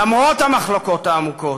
למרות המחלוקות העמוקות: